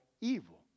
evil